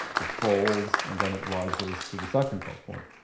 it falls, and then it rises to the second plot point.